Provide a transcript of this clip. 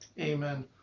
Amen